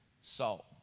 salt